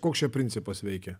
koks čia principas veikia